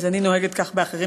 אז אני נוהגת כך באחרים,